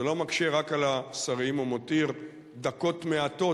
זה לא מקשה רק על השרים ומותיר דקות מעטות,